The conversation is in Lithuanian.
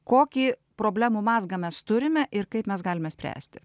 kokį problemų mazgą mes turime ir kaip mes galime spręsti